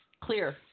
clear